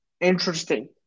Interesting